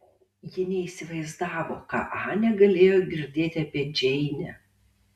ji neįsivaizdavo ką anė galėjo girdėti apie džeinę